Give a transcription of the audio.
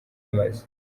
bimaze